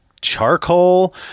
charcoal